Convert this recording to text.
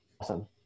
awesome